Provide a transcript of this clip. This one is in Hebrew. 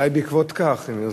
אולי בעקבות כך הם החזירו.